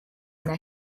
their